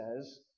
says